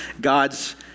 God's